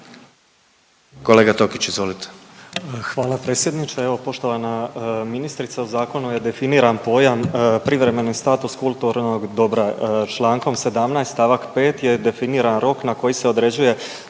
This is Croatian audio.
**Tokić, Frane (DP)** Hvala predsjedniče. Evo poštovana ministrice, u zakonu je definiran pojam privremeni status kulturnog dobra, čl. 17. st. 5. je definiran rok na koji se određuje